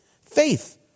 Faith